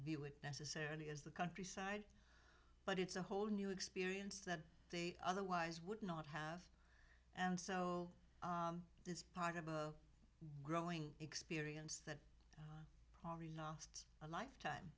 view it necessarily as the countryside but it's a whole new experience that they otherwise would not have and so it's part of a growing experience that's a lifetime